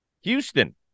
Houston